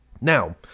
Now